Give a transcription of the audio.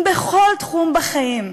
אם בכל תחום בחיים,